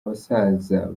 basaza